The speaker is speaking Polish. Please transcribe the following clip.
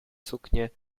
suknie